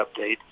update